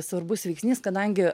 svarbus veiksnys kadangi